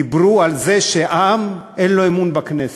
דיברו על זה שהעם, אין לו אמון בכנסת.